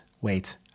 Wait